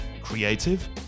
creative